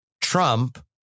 Trump